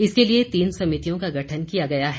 इसके लिए तीन समितियों का गठन किया गया है